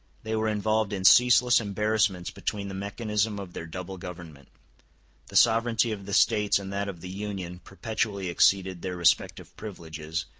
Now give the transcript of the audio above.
they were involved in ceaseless embarrassments between the mechanism of their double government the sovereignty of the states and that of the union perpetually exceeded their respective privileges,